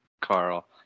Carl